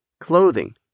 clothing